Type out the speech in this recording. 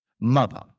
mother